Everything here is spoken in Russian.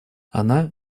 она